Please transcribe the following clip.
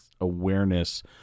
awareness